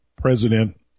president